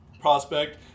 prospect